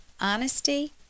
honesty